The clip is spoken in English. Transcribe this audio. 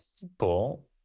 people